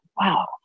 wow